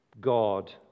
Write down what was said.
god